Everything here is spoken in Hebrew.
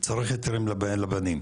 צריך היתרים לבנים.